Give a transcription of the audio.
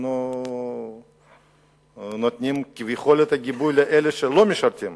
אנחנו נותנים כביכול את הגיבוי לאלה שלא משרתים.